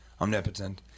omnipotent